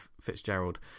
Fitzgerald